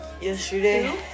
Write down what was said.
yesterday